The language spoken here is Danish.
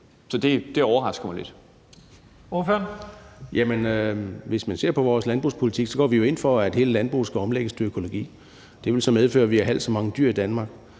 Egge Rasmussen (EL): Jamen hvis man ser på vores landbrugspolitik, går vi jo ind for, at hele landbruget skal omlægges til økologi. Det vil så medføre, at vi har halvt så mange dyr i Danmark.